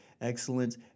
Excellence